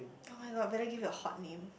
[oh]-my-god better give a hot name